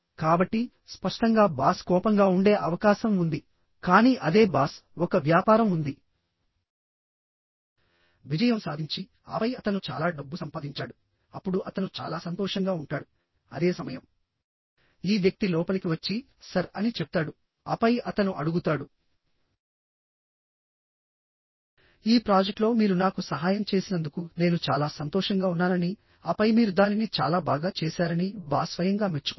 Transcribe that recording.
కాబట్టి స్పష్టంగా బాస్ కోపంగా ఉండే అవకాశం ఉంది కానీ అదే బాస్ ఒక వ్యాపారం ఉంది విజయం సాధించి ఆపై అతను చాలా డబ్బు సంపాదించాడు అప్పుడు అతను చాలా సంతోషంగా ఉంటాడు అదే సమయం ఈ వ్యక్తి లోపలికి వచ్చి సర్ అని చెప్తాడు ఆపై అతను అడుగుతాడు ఈ ప్రాజెక్ట్లో మీరు నాకు సహాయం చేసినందుకు నేను చాలా సంతోషంగా ఉన్నానని ఆపై మీరు దానిని చాలా బాగా చేశారని బాస్ స్వయంగా మెచ్చుకుంటాడు